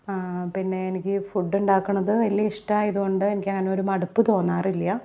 പിന്നെ എനിക്ക് ഫുഡ് ഉണ്ടാക്കുന്നത് വലിയ ഇഷ്ടമായതു കൊണ്ട് എനിക്കങ്ങനെ ഒരു മടുപ്പ് തോന്നാറില്ല